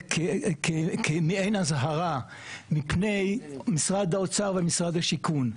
כמעין אזהרה מפני משרד האוצר ומשרד השיכון.